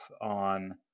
on